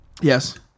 yes